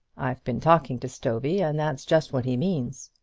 i've been talking to stovey, and that's just what he means.